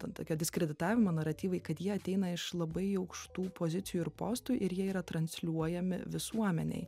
ten tokie diskreditavimo naratyvai kad jie ateina iš labai aukštų pozicijų ir postų ir jie yra transliuojami visuomenęi